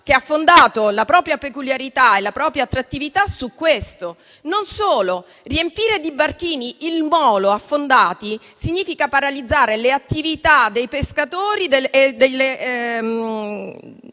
che ha fondato la propria peculiarità e la propria attrattività su questo. Inoltre, riempire il molo di barchini affondati significa paralizzare le attività dei pescatori e dei